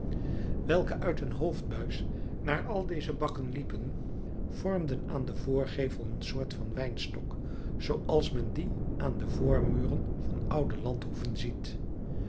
welke uit een hoofdbuis naar al deze bakken liepen vormden aan den voorgevel een soort van wijnstok zooals men die aan de voormuren van oude landhoeven ziet